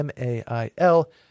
mail